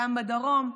גם בדרום,